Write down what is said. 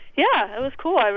yeah, it was cool.